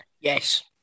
Yes